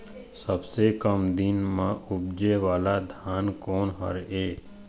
सबसे कम दिन म उपजे वाला धान कोन हर ये?